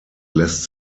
lässt